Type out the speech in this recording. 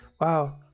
Wow